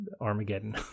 armageddon